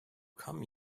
come